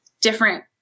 different